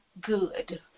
good